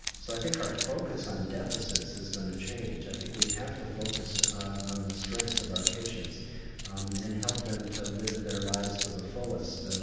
so i think our focus on deficits is going to change, i think we have to focus on the strengths of our patients um and help them to live their lives to the fullest.